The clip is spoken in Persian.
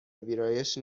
ویرایش